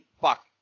fuck